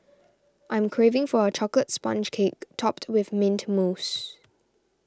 I am craving for a Chocolate Sponge Cake Topped with Mint Mousse